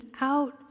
out